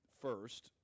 first